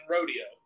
Rodeo